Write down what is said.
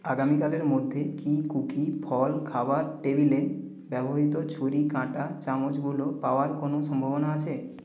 আগামীকালের মধ্যে কি কুকি ফল খাবার টেবিলে ব্যবহৃত ছুরি কাঁটা চামচগুলো পাওয়ার কোনও সম্ভাবনা আছে